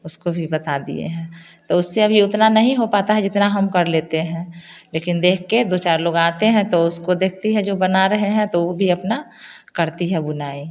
उसको भी बता दिए हैं तो उससे अभी उतना नहीं हो पता है जितना हम कर लेते हैं लेकिन देख के दो चार लोग आते हैं तो उसको देखती है जो बना रहे हैं तो वो भी अपना करती है बुनाई